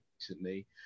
recently